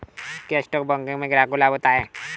क्या stock broking से ग्राहक को लाभ होता है?